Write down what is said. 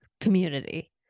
community